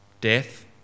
Death